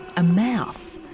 a mouth,